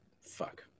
fuck